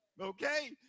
Okay